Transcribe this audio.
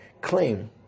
claim